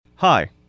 Hi